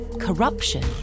corruption